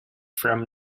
from